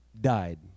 died